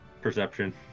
Perception